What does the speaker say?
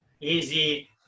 easy